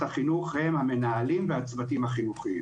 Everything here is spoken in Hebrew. החינוך הם המנהלים והצוותים החינוכיים,